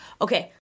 Okay